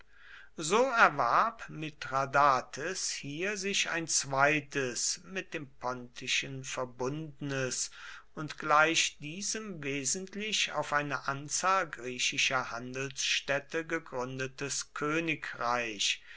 so erwarb mithradates hier sich ein zweites mit dem pontischen verbundenes und gleich diesem wesentlich auf eine anzahl griechischer handelsstädte gegründetes königreich